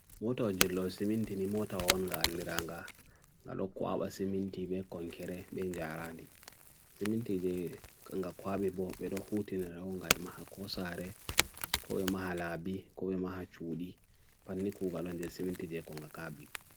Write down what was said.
MOTOJILO SIMINTINI MOTO ONGA ANDI RANGA NGALO KWABA SIMINTINI ME KONKERE BENJARANI SIMINTINI JE KENGA KWABI BO BEDO HUTINI RANGA I MAHA KOSARE KOWE MAHA LABI KOWE MAHA CHUDI PAN NI KUGA LONJE SIMINTINI JE KONGA KABI